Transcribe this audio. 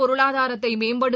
பொருளாதாரத்தைமேம்படுத்த